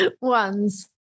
ones